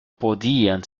podían